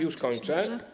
Już kończę.